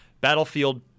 battlefield